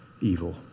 evil